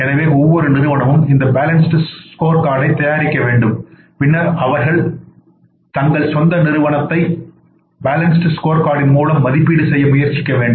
எனவே ஒவ்வொரு நிறுவனமும் இந்த பேலன்ஸ்டு ஸ்கோர்கார்டைத் தயாரிக்க வேண்டும் பின்னர் அவர்கள் தங்கள் சொந்த நிறுவனத்தை பேலன்ஸ்டு ஸ்கோர்கார்டின் மூலம் மதிப்பீடு செய்ய முயற்சிக்க வேண்டும்